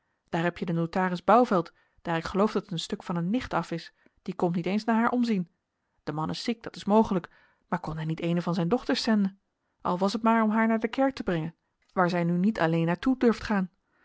daar heb je den notaris bouvelt daar ik geloof dat het een stuk van een nicht af is die komt niet eens naar haar omzien de man is ziek dat is mogelijk maar kon hij niet eene van zijn dochters zenden al was het maar om haar naar de kerk te brengen waar zij nu niet alleen naar toe durft gaan